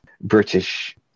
British